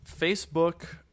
Facebook